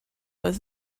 was